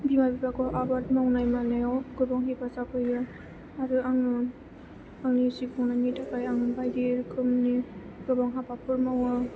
बिमा बिफाखौ आबाद मावनाय मानायाव गोबां हेफाजाब होयो आरो आं आंनि जिउ खांनायनि थाखाय आं बायदि रोखोमनि गोबां हाबाफोर मावो